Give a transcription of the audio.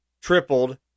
tripled